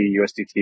USDT